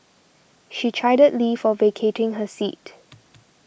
she chided Lee for vacating her seat